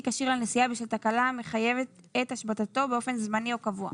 כשיר לנסיעה בשל תקלה המחייבת את השבתתו באופן זמני או קבוע.